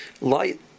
light